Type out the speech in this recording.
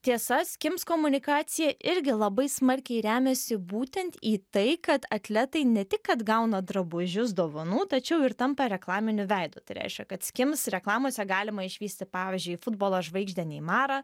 tiesa skims komunikacija irgi labai smarkiai remiasi būtent į tai kad atletai ne tik kad gauna drabužius dovanų tačiau ir tampa reklaminiu veidu tai reiškia kad skims reklamose galima išvysti pavyzdžiui futbolo žvaigždę neimarą